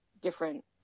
different